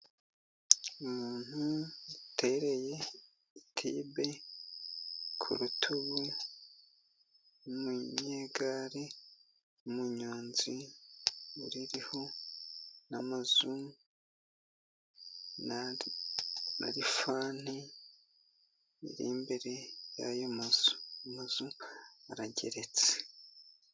Umuntu utereye tibe ku rutugu ni umunyegari, umunyonzi uririho, n'amazu na rifani biri imbere y'ayo mazu ageretse.